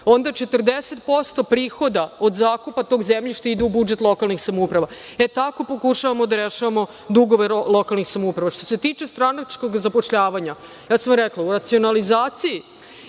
onda 40% prihoda od zakupa tog zemljišta ide u budžet lokalnih samouprava. E, tako pokušavamo da rešavamo dugove lokalnih samouprava. Što se tiče stranačkog zapošljavanja, ja sam rekla, u racionalizaciji